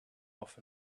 off